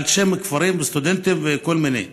אנשים, כפרים, סטודנטים וכל מיני.